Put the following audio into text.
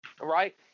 Right